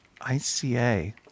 ICA